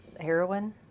heroin